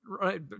Right